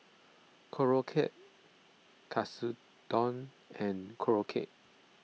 Korokke Katsudon and Korokke